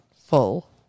full